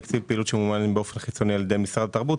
תקציב פעילות שממומן באופן חיצוני על ידי משרד התרבות.